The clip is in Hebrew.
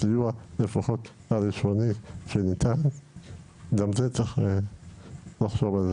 גם על זה צריך לחשוב.